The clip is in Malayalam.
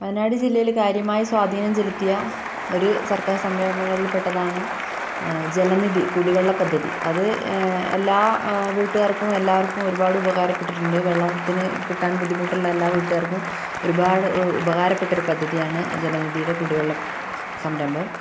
വയനാട് ജില്ലയില് കാര്യമായി സ്വാധീനം ചെലുത്തിയ ഒരു സർക്കാർ സംരംഭങ്ങളിൽ പെട്ടതാണ് ജലനിധി കുടിവെള്ള പദ്ധതി അത് എല്ലാ വീട്ടുകാർക്കും എല്ലാവർക്കും ഒരുപാട് ഉപകാരപെട്ടിട്ടുണ്ട് വെള്ളത്തിന് കിട്ടാൻ ബുദ്ധിമുട്ടുള്ള എല്ലാ വീട്ടുകാർക്കും ഒരുപാട് ഉപകാരപ്പെട്ട ഒരു പദ്ധതി ആണ് ജലനിധിയുടെ കുടിവെള്ള സംരംഭം